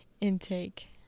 intake